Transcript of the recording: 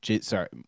sorry